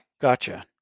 Gotcha